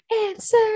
Answer